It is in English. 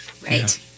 Right